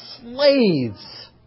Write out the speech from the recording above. slaves